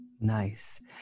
Nice